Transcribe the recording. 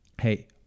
Hey